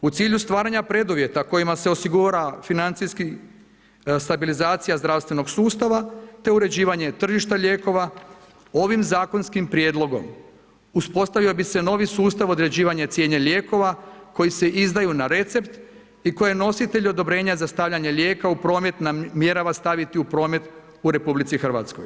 U cilju stvaranja preduvjeta kojima se osigurava financijski stabilizacija zdravstvenog sustava, te uređivanje tržišta lijekova, ovim zakonskim prijedlogom uspostavio bi se novi sustav određivanja cijene lijekova koji se izdaju na recept i koje nositelj odobrenja za stavljanje lijeka u promet namjerava staviti u promet u RH.